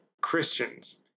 Christians